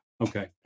Okay